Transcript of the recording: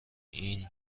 این